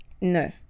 No